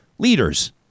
leaders